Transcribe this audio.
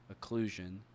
occlusion